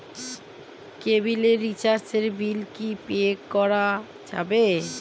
কেবিলের রিচার্জের বিল কি পে করা যাবে?